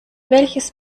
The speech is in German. welches